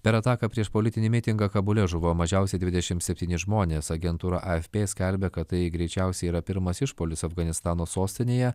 per ataką prieš politinį mitingą kabule žuvo mažiausiai dvidešimt septyni žmonės agentūra afp skelbia kad tai greičiausiai yra pirmas išpuolis afganistano sostinėje